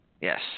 Yes